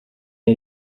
iyo